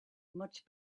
much